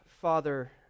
Father